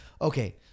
okay